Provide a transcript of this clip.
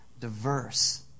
diverse